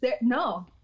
No